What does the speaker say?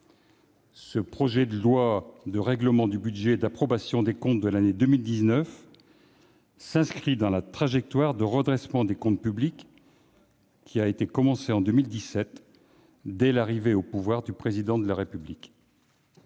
Ce projet de loi de règlement du budget et d'approbation des comptes de l'année 2019 s'inscrit dans la trajectoire de redressement des comptes publics que nous avons commencée en 2017, dès l'arrivée au pouvoir du Président de la République.